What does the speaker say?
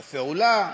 בפעולה,